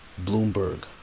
Bloomberg